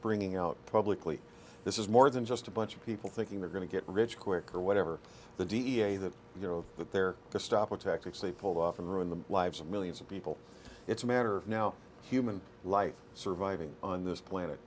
bringing out publicly this is more than just a bunch of people thinking they're going to get rich quick or whatever the d n a that you know that they're to stop attacks they pulled off and ruined the lives of millions of people it's a matter of now human life surviving on this plan